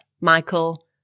Michael